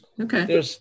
okay